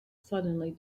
suddenly